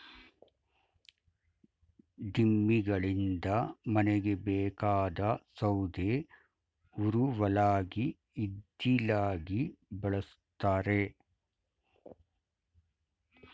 ದಿಮ್ಮಿಗಳಿಂದ ಮನೆಗೆ ಬೇಕಾದ ಸೌದೆ ಉರುವಲಾಗಿ ಇದ್ದಿಲಾಗಿ ಬಳ್ಸತ್ತರೆ